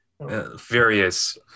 various